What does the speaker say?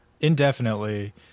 indefinitely